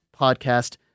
podcast